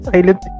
Silent